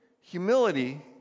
humility